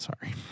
Sorry